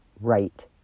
right